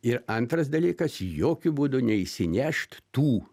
ir antras dalykas jokiu būdu neišsinešt tų